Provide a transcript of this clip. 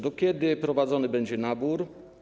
Do kiedy prowadzony będzie nabór?